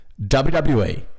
WWE